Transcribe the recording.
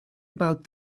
about